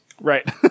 Right